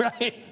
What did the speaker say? right